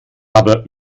aber